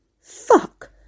Fuck